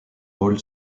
vol